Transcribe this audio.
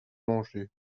manger